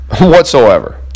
whatsoever